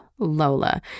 Lola